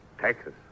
Texas